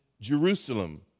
Jerusalem